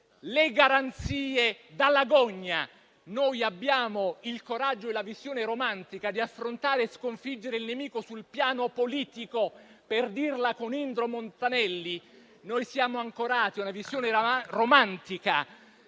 le garanzie dalla gogna. Noi abbiamo il coraggio e la visione romantica di affrontare e sconfiggere il nemico sul piano politico. Per dirla come Indro Montanelli: noi siamo ancorati a una visione romantica